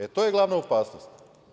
E, to je glavna opasnost.